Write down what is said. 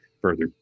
further